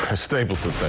ah stapleton,